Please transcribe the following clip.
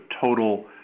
total